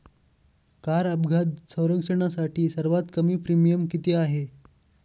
Car अपघात संरक्षणासाठी सर्वात कमी प्रीमियम किती आहे?